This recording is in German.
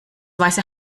weiße